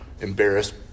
embarrassed